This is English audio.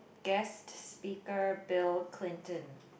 guest speaker Bill-Clinton